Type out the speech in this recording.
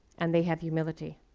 and they have humility.